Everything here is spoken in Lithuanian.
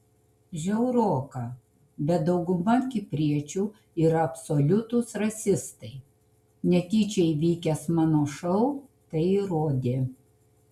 žiauroka bet dauguma kipriečių yra absoliutūs rasistai netyčia įvykęs mano šou tai įrodė